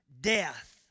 death